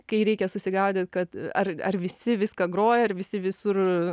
kai reikia susigaudyt kad ar ar visi viską groja ar visi visur